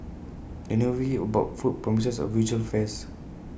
the new movie about food promises A visual feast